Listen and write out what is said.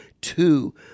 two